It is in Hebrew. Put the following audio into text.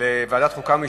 לוועדת חוקה,